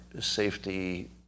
safety